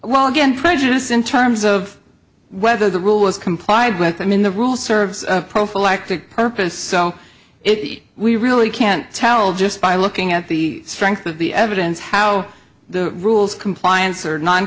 well again prejudice in terms of whether the rule was complied with i mean the rule serves a prophylactic purpose so if we really can't tell just by looking at the strength of the evidence how the rules compliance or non